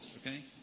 Okay